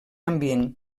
ambient